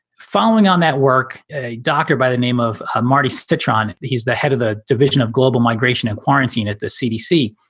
following on that work, a doctor by the name of ah marty cetron, he's the head of the division of global migration and quarantine at the cdc.